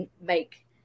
make